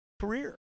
career